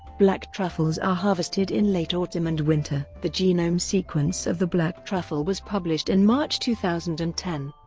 black truffles are harvested in late autumn and winter. the genome sequence of the black truffle was published in march two thousand and ten.